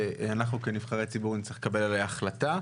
שאנחנו כנבחרי ציבור נצטרך לקבל עליה החלטה.